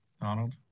Donald